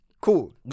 Cool